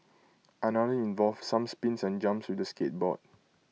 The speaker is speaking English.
another involved some spins and jumps with the skateboard